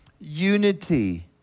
unity